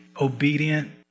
obedient